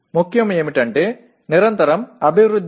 முக்கியமானது தொடர்ச்சியான முன்னேற்றம்